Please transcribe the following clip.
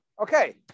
okay